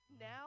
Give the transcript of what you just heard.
now